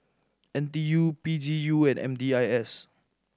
N T U P G U and M D I S